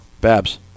babs